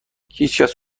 هیچکس